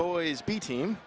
boys b team